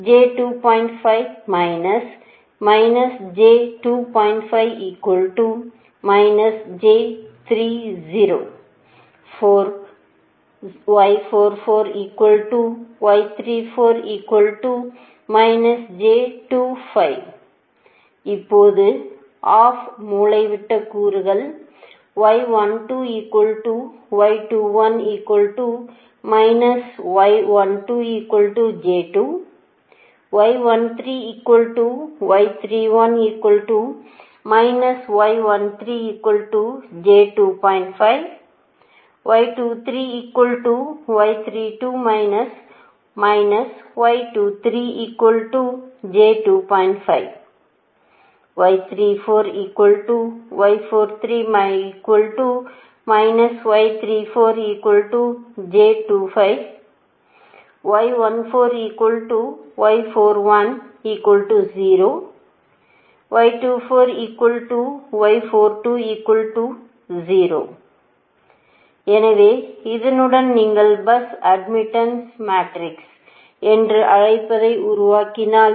அதேபோல் இப்போது ஆஃப் மூலைவிட்ட கூறுகள் எனவே இதனுடன் நீங்கள் பஸ் அட்மிட்டன்ஸ் மேட்ரிக்ஸ் என்று அழைப்பதை உருவாக்கினால்